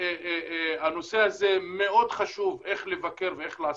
הנושא הזה מאוד חשוב, איך לבקר ואיך לעשות.